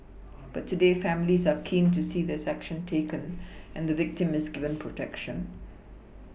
but today families are keen to see there is action taken and the victim is given protection